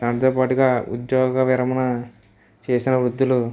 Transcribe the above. దాంతో పాటుగా ఉద్యోగవిరమణ చేసిన వృద్ధులు